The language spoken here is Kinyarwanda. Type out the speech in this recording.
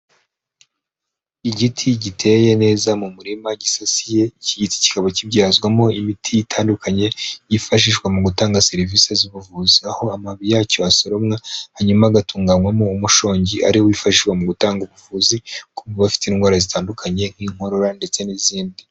Igiti giteye neza mu murima gisasiye kikaba kibyazwamo imiti itandukanye yifashishwa mu gutanga serivisi z'ubuvuzi, aho amababi yacyo asoromwa hanyuma agatunganywamo umushongi ari wo wifashishwa mu gutanga ubuvuzi ku bafite indwara zitandukanye, nk'inkorora ndetse n'izindi.